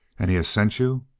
and he has sent you!